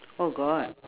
oh god